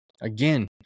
Again